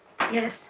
Yes